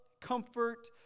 comfort